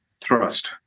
thrust